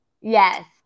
Yes